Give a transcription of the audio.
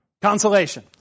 consolation